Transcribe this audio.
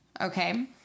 okay